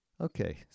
Okay